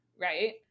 Right